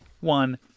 One